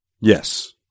Yes